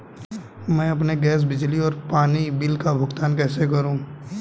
मैं अपने गैस, बिजली और पानी बिल का भुगतान कैसे करूँ?